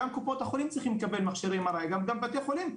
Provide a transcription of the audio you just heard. גם קופות החולים צריכים לקבל מכשירי M.R.I גם בתי חולים,